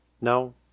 No